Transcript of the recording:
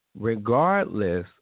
Regardless